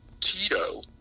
Tito